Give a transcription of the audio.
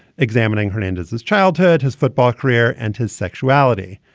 examining hernandez, his childhood, his football career and his sexuality.